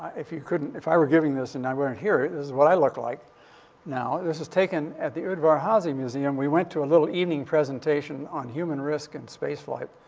if you couldn't if i were giving this, and i weren't here, this is what i look like now. this was taken at the udvar-hazy museum. we went to a little evening presentation on human risk in space flight.